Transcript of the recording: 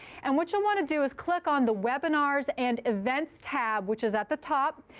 and what you'll want to do is click on the webinars and events tab, which is at the top.